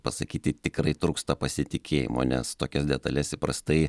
pasakyti tikrai trūksta pasitikėjimo nes tokias detales įprastai